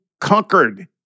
conquered